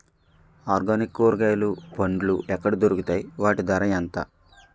Organic కూరగాయలు పండ్లు ఎక్కడ దొరుకుతాయి? వాటి ధర ఎంత?